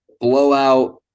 blowout